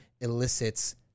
elicits